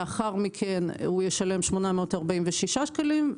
לאחר מכן, הוא ישלם 846 שקלים.